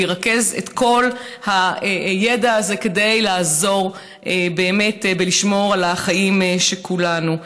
ירכז את כל הידע הזה כדי לעזור לשמור על החיים של כולנו.